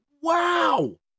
wow